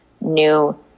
new